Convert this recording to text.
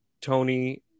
Tony